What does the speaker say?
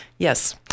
Yes